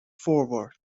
forward